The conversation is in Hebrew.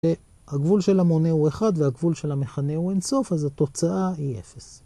הגבול של המונה הוא 1 והגבול של המכנה הוא אינסוף אז התוצאה היא 0.